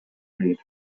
breed